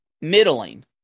middling